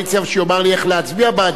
ושיאמר לי איך להצביע בעד זה,